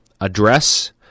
address